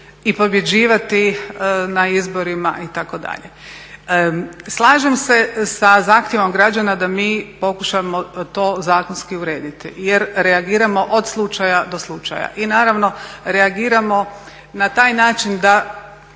i pobjeđivati na izborima itd. Slažem se sa zahtjevom građana da mi pokušamo to zakonski urediti jer reagiramo od slučaja do slučaja. I naravno reagiramo na taj način da